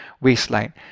waistline